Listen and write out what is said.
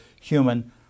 human